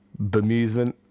Bemusement